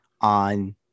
on